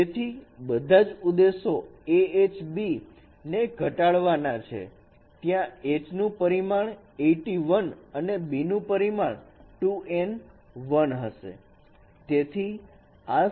તેથી બધા જ ઉદ્દેશો Ah b ને ઘટાડવાના છે ત્યાં h નું પરિમાણ 81 અને b નું પરિમાણ 2n 1 હશે